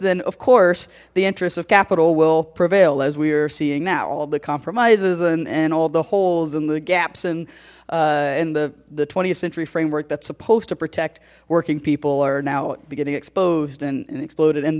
then of course the interests of capital will prevail as we are seeing now all the compromises and and all the holes and the gaps and in the the th century framework that's supposed to protect working people are now beginning exposed and exploded and